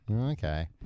Okay